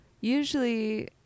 usually